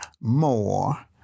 more